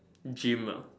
gym uh